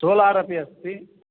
solar पि अस्ति